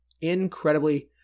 Incredibly